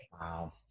Wow